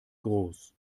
groß